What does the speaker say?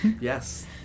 Yes